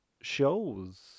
shows